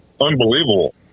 unbelievable